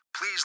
Please